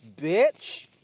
bitch